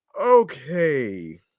okay